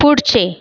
पुढचे